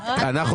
טוב.